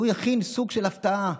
והוא הכין סוג של הפתעה: